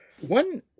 One